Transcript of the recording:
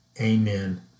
Amen